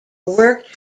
worked